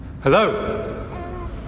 Hello